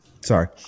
Sorry